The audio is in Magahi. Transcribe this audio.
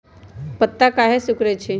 पत्ता काहे सिकुड़े छई?